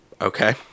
Okay